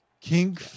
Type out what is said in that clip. King